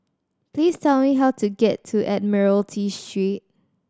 please tell me how to get to Admiralty Street